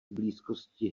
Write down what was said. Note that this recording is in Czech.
blízkosti